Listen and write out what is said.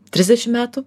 trisdešim metų